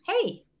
hey